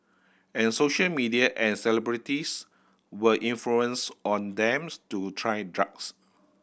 and social media and celebrities were influence on them to try drugs